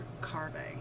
carving